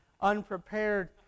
unprepared